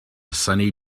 sunny